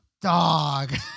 dog